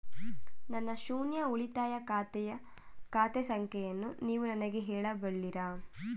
ನನ್ನ ಶೂನ್ಯ ಉಳಿತಾಯ ಖಾತೆಯ ಖಾತೆ ಸಂಖ್ಯೆಯನ್ನು ನೀವು ನನಗೆ ಹೇಳಬಲ್ಲಿರಾ?